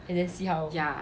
and then see how